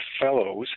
fellows